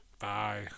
Bye